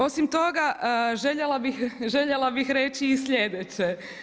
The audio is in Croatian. Osim toga željela bih reći i sljedeće.